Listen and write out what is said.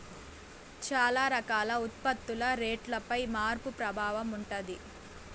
చాలా రకాల ఉత్పత్తుల రేటుపై మార్పు ప్రభావం ఉంటది